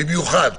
במיוחד,